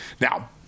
Now